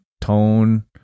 tone